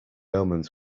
omens